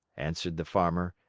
answered the farmer,